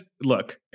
Look